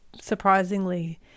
surprisingly